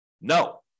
No